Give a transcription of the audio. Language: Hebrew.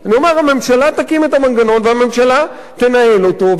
הממשלה תקים את המנגנון והממשלה תנהל אותו ותמנה את